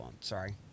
sorry